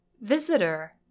Visitor